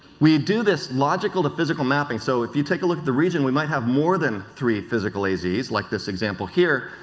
we do this logical to physical mapping. so if you take a look at the region we may have more than three physical azs like this example here,